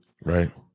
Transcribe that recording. Right